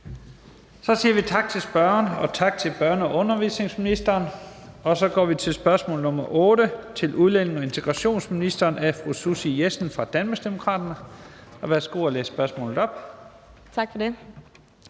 Så siger vi tak til spørgeren og tak til børne- og undervisningsministeren. Så går vi til spørgsmål nr. 8 til udlændinge- og integrationsministeren af fru Susie Jessen fra Danmarksdemokraterne. Kl. 14:03 Spm. nr. S 382 8)